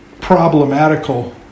problematical